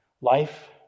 life